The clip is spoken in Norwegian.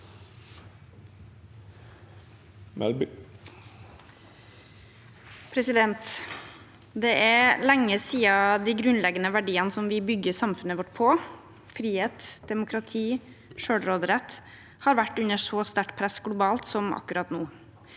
Det er lenge siden de grunnleggende verdiene vi bygger samfunnet vårt på – frihet, demokrati og selvråderett – har vært under så sterkt press globalt som akkurat nå.